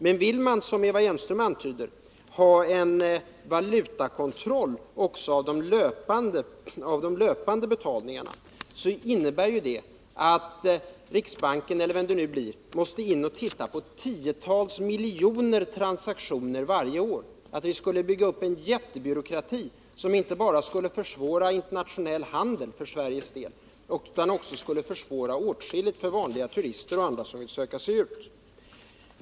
Men vill man, som Eva Hjelmström antydde, ha en valutakontroll också av de löpande betalningarna, så innebär ju det att riksbanken eller vem det nu blir måste titta på tio miljoner transaktioner varje år. Vi skulle få bygga upp en jättebyråkrati som inte bara skulle försvåra internationell handel för Sveriges del utan också skulle försvåra åtskilligt för vanliga turister och andra som söker sig ut.